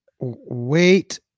wait